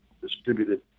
distributed